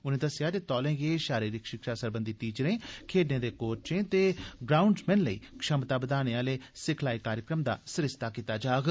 उन्ने दस्सेया जे तौले गै शारीरिक शिक्षा सरबंधी टीचरें खेड्डे दे कोर्चे ते ग्राउंडज़मेन लेई क्षमता बधाने आले सिखलाई कार्यक्रम दा सरिस्ता कीता जाग